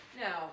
Now